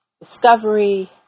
discovery